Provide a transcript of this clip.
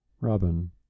Robin